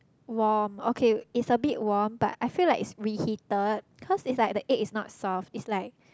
warm okay it's a bit warm but I feel like it's reheated cause it's like the egg is not soft it's like